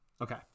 Okay